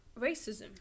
racism